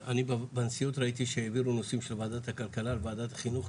אני בנשיאות ראיתי שהעבירו נושאים של ועדת הכלכלה לוועדת החינוך,